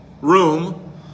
room